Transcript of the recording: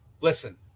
listen